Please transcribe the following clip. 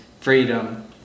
freedom